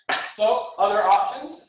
so other options.